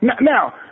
now